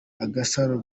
agasaro